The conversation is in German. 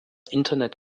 internet